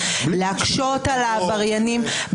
להקשות על העבריינים.